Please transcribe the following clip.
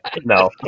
No